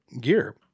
gear